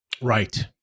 Right